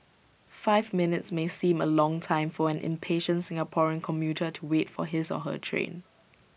five minutes may seem A long time for an impatient Singaporean commuter to wait for his or her train